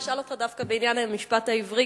אשאל אותך דווקא בעניין המשפט העברי,